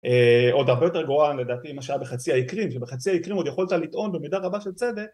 עוד הרבה יותר גרועה לדעתי ממה שהיה בחצי האי קרים, שבחצי האי קרים עוד יכולת לטעון במידה רבה של צדק